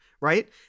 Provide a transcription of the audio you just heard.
right